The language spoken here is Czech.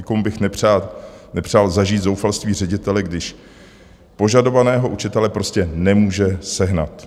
Nikomu bych nepřál zažít zoufalství ředitele, když požadovaného učitele prostě nemůže sehnat.